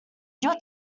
your